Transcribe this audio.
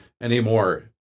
anymore